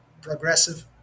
progressive